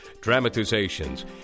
dramatizations